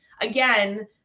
again